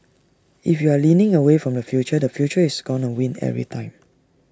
if you're leaning away from the future the future is gonna win every time